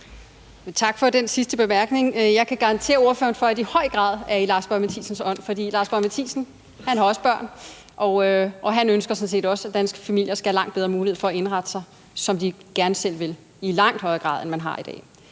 Tak for den sidste bemærkning. Jeg kan garantere ordføreren for, at det i høj grad er i Lars Boje Mathiesens ånd, for Lars Boje Mathiesen har også børn, og han ønsker sådan set også, at danske familier skal have langt bedre mulighed for at indrette sig, som de gerne selv vil, i langt højere grad, end man har i dag.